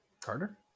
Carter